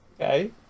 Okay